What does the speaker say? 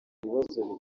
ibibazo